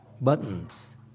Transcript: buttons